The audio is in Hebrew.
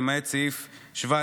למעט סעיף 17(1),